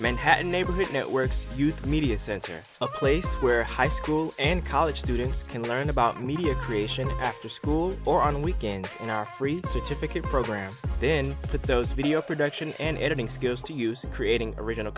manhattan neighborhood networks you media center place where high school and college students can learn about media creation after school or on weekends in our free certificate program then put those video productions and editing skills to use in creating original